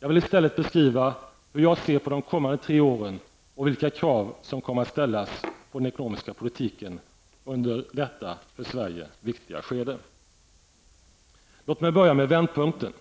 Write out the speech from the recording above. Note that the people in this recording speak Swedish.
Jag vill i stället beskriva hur jag ser på de kommande tre åren och vilka krav som kommer att ställas på den ekonomiska politiken under detta för Sverige viktiga skede. Låt mig börja med vändpunkten.